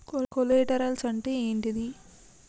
Collaterals అంటే ఏంటిది?